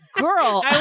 Girl